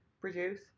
produce